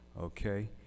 okay